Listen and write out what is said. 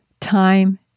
time